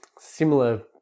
similar